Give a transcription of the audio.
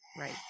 right